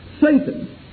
Satan